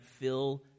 fill